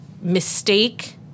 mistake